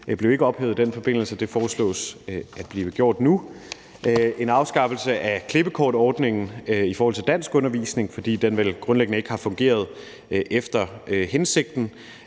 blev ikke ophævet i den forbindelse, og det foreslås at blive gjort nu. Der er en afskaffelse af klippekortordningen i forhold til danskundervisning, fordi den vel grundlæggende ikke har fungeret efter hensigten,